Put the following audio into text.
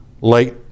late